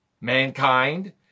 mankind